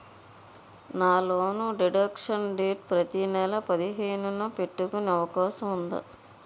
నా loan deduction date ప్రతి నెల పదిహేను న పెట్టుకునే అవకాశం ఉందా?